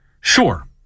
Sure